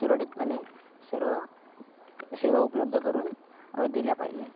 सुरळीतपणे सर्व सेवा उपलब्ध करून दिल्या पाहिजे